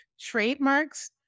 trademarks